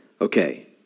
Okay